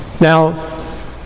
Now